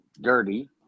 Dirty